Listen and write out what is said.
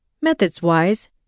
Methods-wise